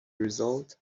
result